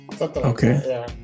Okay